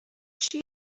چیه